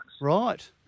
Right